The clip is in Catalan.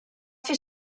fer